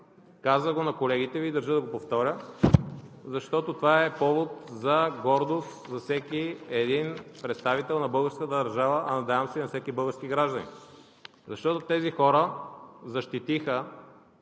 Казах го на колегите Ви, държа да го повторя, защото това е повод за гордост за всеки един представител на българската държава, а надявам се, и на всеки български гражданин. Защото тези хора защитиха